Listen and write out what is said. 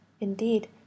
indeed